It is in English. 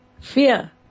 fear